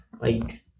like-